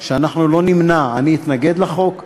שאנחנו לא נמנע, אני אתנגד לחוק,